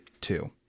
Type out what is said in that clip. two